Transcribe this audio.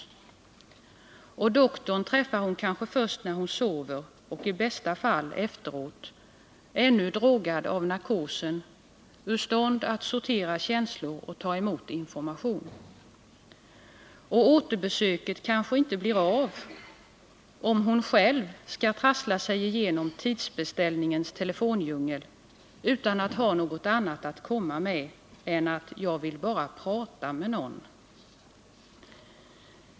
Och doktorn träffar hon kanske först när hon sover och i bästa fall efteråt, ännu drogad av narkosen, ur stånd att sortera känslor och ta emot information. Och återbesöket kanske inte blir av, om hon själv skall trassla sig igenom tidsbeställningens telefondjungel utan att ha något annat att komma med än ”jag vill bara prata med någon”.